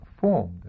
formed